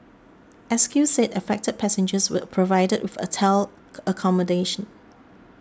S Q said affected passengers were provided with hotel accommodation